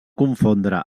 confondre